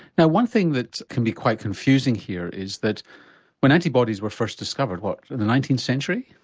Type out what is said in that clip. now one thing that can be quite confusing here is that when antibodies were first discovered what, in the nineteenth century?